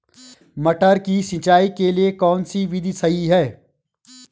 मटर की सिंचाई के लिए कौन सी विधि सही है?